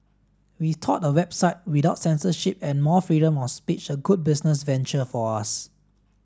we thought a website without censorship and more freedom of speech a good business venture for us